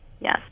yes